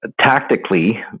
Tactically